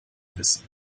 wissen